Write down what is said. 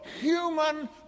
human